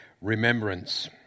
remembrance